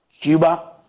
Cuba